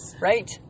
Right